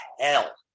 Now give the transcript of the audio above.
hell